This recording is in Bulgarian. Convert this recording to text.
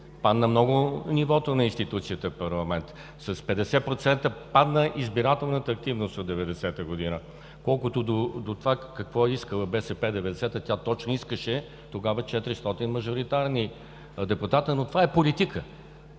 Падна много нивото на институцията „парламент“. С 50% падна избирателната активност от 1990 г. Колкото до това какво е искала БСП през 1990 г. – точно тогава тя искаше 400 мажоритарни депутати, но това е политика.